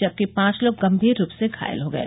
जबकि पांच लोग गंभीर रुप से घायल हो गए